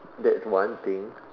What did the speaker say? that's one thing